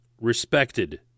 respected